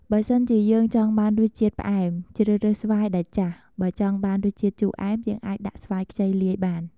បើសិនជាយើងចង់បានរស់ជាតិផ្អែម ជ្រើសរើសស្វាយដែលចាស់ បើចង់បានរសជាតិជូផ្អែមយើងអាចដាក់ស្វាយខ្ចីលាយបាន។